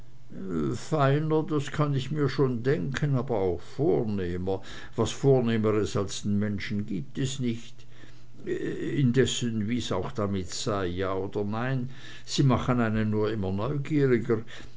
feiner das kann ich mir schon denken aber auch vornehmer was vornehmeres als den menschen gibt es nicht indessen wie's damit auch sei ja oder nein sie machen einen nur immer neugieriger